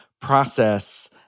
process